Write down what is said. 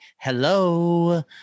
hello